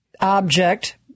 object